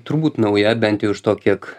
turbūt nauja bent jau iš to kiek